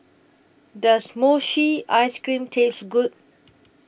Does Mochi Ice Cream Taste Good